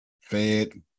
fed